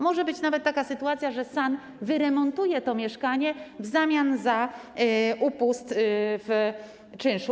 Może być nawet taka sytuacja, że SAN wyremontuje to mieszkanie w zamian za upust w czynszu.